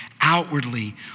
outwardly